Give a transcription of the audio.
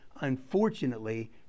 Unfortunately